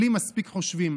בלי מספיק חושבים,